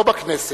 לא בכנסת,